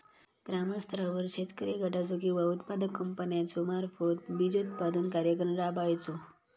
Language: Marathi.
ग्रामस्तरावर शेतकरी गटाचो किंवा उत्पादक कंपन्याचो मार्फत बिजोत्पादन कार्यक्रम राबायचो?